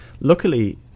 Luckily